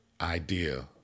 idea